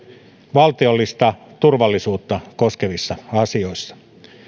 valtiollista turvallisuutta koskevissa asioissa